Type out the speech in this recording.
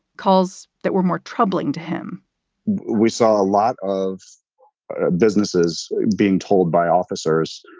calls that were more troubling to him we saw a lot of businesses being told by officers.